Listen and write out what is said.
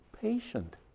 patient